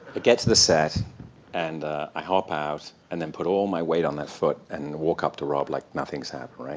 but get to the set and i hop out, and then put all my weight on that foot and walk up to rob like nothing's happened, right?